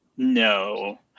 No